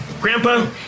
Grandpa